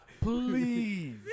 Please